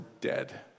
dead